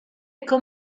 con